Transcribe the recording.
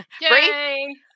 Yay